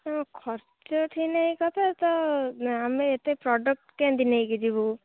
ହଁ ଖର୍ଚ୍ଚ ଠିକ୍ ନାଇ କଥା ତ ଆମେ ଏତେ ପ୍ରଡ଼କ୍ଟ କେମିତି ନେଇକି ଯିବୁ